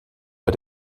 bei